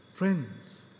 Friends